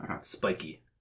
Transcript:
Spiky